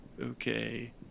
okay